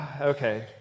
okay